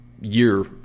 year